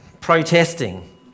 protesting